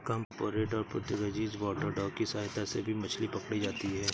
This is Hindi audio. कर्मोंरेंट और पुर्तगीज वाटरडॉग की सहायता से भी मछली पकड़ी जाती है